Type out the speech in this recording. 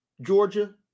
Georgia